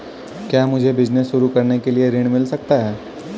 क्या मुझे बिजनेस शुरू करने के लिए ऋण मिल सकता है?